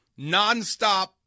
nonstop